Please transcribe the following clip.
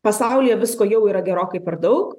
pasaulyje visko jau yra gerokai per daug